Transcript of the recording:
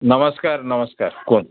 ନମସ୍କାର ନମସ୍କାର କୁହନ୍ତୁ